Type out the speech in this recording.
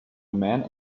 man